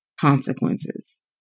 consequences